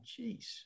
Jeez